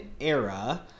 era